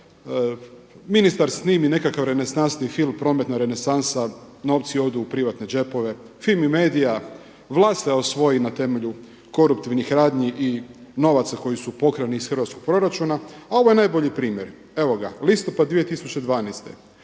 Ministar snimi nekakav renesansni film prometna renesansa. Novci odu u privatne džepove. FIMI Media, vlast se osvoji na temelju koruptivnih radnji i novaca koji su pokrani iz hrvatskog proračuna, a ovo je najbolji primjer. Evo ga, listopad 2012.